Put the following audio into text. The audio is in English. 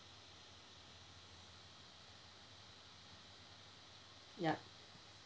yup